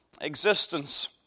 Existence